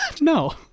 No